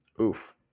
Oof